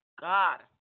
God